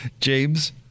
James